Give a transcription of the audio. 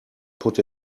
put